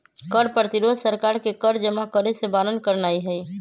कर प्रतिरोध सरकार के कर जमा करेसे बारन करनाइ हइ